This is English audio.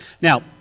Now